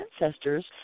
ancestors